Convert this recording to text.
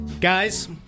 Guys